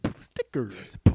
stickers